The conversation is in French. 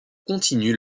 continuent